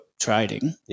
trading